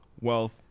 Wealth